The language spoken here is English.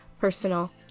personal